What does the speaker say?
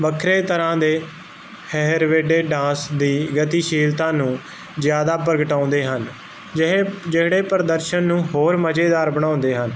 ਵੱਖਰੇ ਤਰ੍ਹਾਂ ਦੇ ਹੈਰਵੇਡੇ ਡਾਂਸ ਦੀ ਗਤੀਸ਼ੀਲਤਾ ਨੂੰ ਜਿਆਦਾ ਪ੍ਰਗਟਾਉਂਦੇ ਹਨ ਜਿਹੇ ਜਿਹੜੇ ਪ੍ਰਦਰਸ਼ਨ ਨੂੰ ਹੋਰ ਮਜੇਦਾਰ ਬਣਾਉਂਦੇ ਹਨ